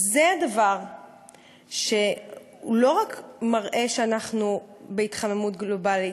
זה דבר שלא רק מראה שאנחנו בהתחממות גלובלית,